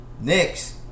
Next